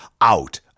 out